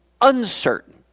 uncertain